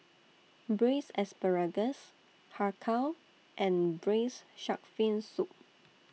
Braised Asparagus Har Kow and Braised Shark Fin Soup